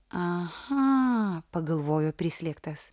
aha pagalvojo prislėgtas